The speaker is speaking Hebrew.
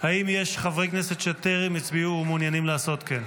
האם יש חברי כנסת שטרם הצביעו ומעוניינים לעשות כן?